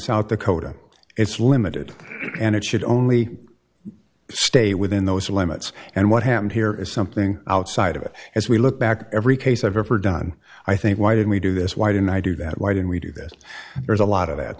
south dakota it's limited and it should only stay within those limits and what happened here is something outside of it as we look back at every case i've ever done i think why did we do this why didn't i do that why did we do this there's a lot of